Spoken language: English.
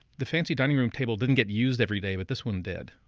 the fancy dining room table didn't get used every day, but this one did.